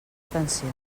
atenció